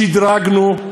שדרגנו.